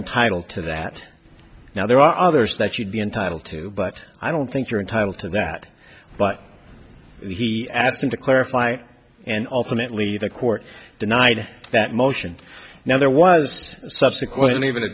entitled to that now there are others that you'd be entitled to but i don't think you're entitled to that but he asked him to clarify and ultimately the court denied that motion now there was subsequent